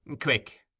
Quick